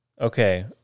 Okay